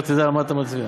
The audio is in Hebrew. לא תדע על מה אתה מצביע.